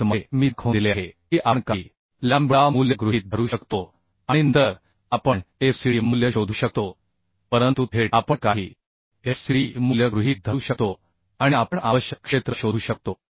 steps मध्ये मी दाखवून दिले आहे की आपण काही लॅम्बडा मूल्य गृहीत धरू शकतो आणि नंतर आपण FCD मूल्य शोधू शकतो परंतु थेट आपण काही FCD मूल्य गृहीत धरू शकतो आणि आपण आवश्यक क्षेत्र शोधू शकतो